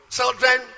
Children